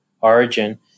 origin